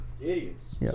idiots